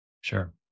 Sure